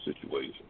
situation